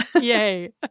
Yay